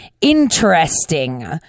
interesting